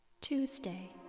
Tuesday